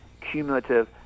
cumulative